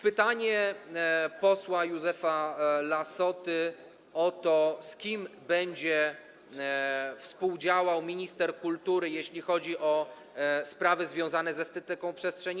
Pytanie posła Józefa Lassoty o to, z kim będzie współdziałał minister kultury, jeśli chodzi o sprawy związane z estetyką przestrzeni.